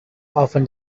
often